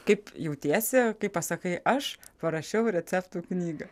kaip jautiesi kai pasakai aš parašiau receptų knygą